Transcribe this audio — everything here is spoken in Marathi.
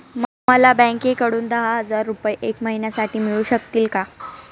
मला बँकेकडून दहा हजार रुपये एक महिन्यांसाठी मिळू शकतील का?